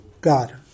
God